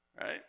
right